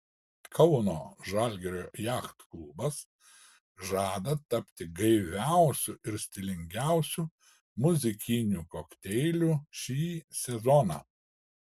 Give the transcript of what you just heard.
kauno žalgirio jachtklubas žada tapti gaiviausiu ir stilingiausiu muzikiniu kokteiliu šį sezoną